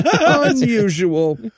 Unusual